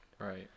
Right